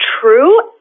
true